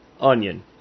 onion